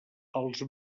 els